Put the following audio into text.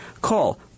Call